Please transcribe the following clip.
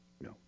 No